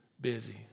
Busy